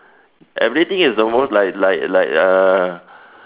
everything is almost like like like uh